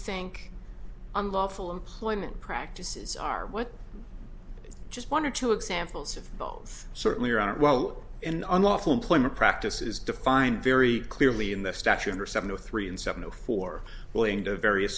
think unlawful employment practices are what just one or two examples of both certainly are are well and unlawful employment practices defined very clearly in the statute under seven to three in seven no four willing to various